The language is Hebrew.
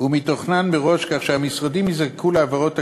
ומתוכנן מראש כך שהמשרדים ייזקקו להעברות תקציביות.